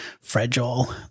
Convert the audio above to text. fragile